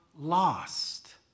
Lost